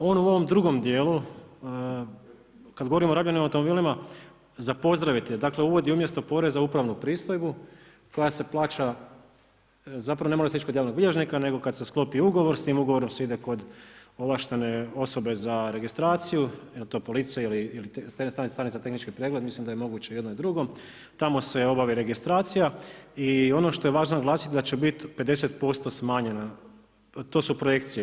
On u ovom drugom djelu kad govorimo o rabljenim automobilima za pozdravit je, dakle uvodi umjesto poreza upravnu pristojbu koja se plaća, zapravo ne mora se ići kod javnog bilježnika nego kad se sklopi ugovor, s tim ugovorom se ide kod ovlaštene osobe za registraciju, je li to policija ili stanica za tehnički pregled, mislim da je moguće jedno i drugo, tamo se obavi registracija i ono što je važno za naglasiti da će biti 50% smanjena, to su projekcije.